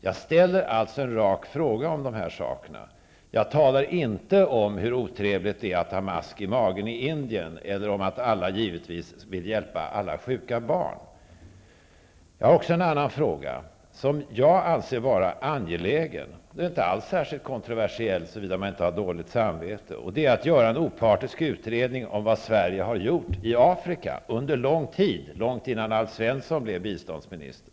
Jag ställer en rak fråga om dessa saker. Jag talar inte om hur otrevligt det är att ha mask i magen i Indien eller om att alla givetvis vill hjälpa alla sjuka barn. Det finns en annan fråga som jag anser vara angelägen och inte alls särskilt kontroversiell, såvida man inte har dåligt samvete. Det handlar om att man skall göra en opartisk utredning om vad Sverige har gjort i Afrika under lång tid, långt innan Alf Svensson blev biståndsminister.